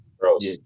Gross